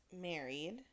married